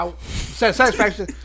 satisfaction